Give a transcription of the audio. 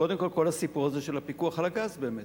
קודם כול, כל הסיפור הזה של הפיקוח על הגז, באמת.